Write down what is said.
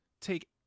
take